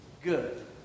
good